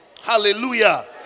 Hallelujah